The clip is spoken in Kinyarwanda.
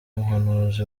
muhanuzi